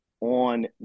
on